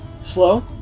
slow